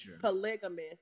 polygamous